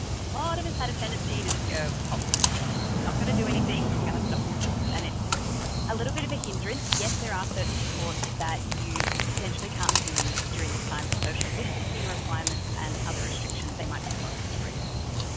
a lot of us had a tendency to just go halt, we're not going to do anything and we're going to stop supports and it's a little bit of a hinderance. yes, there are certain supports that you potentially can't be doing during this time for social distancing requirements and other restrictions, they might be closed, for instance.